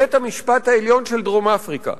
בית-המשפט העליון של דרום-אפריקה,